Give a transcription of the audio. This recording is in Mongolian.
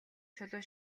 чулуу